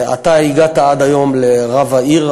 אתה הגעת עד היום לרב העיר.